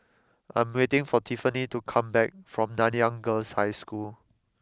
I am waiting for Tiffanie to come back from Nanyang Girls' High School